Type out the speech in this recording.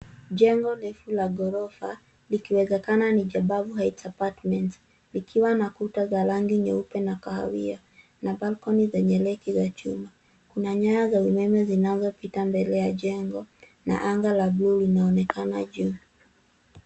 Jengo refu la ghorofa likiwezekana ni JABABU HEIGHTS APARTMENTS , likiwa na kuta za rangi nyeupe na kahawia na balcony zenye reki za chuma. Kuna nyaya za umeme zinazopita mbele ya jengo na anga la bluu linaonekana juu.